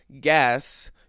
guess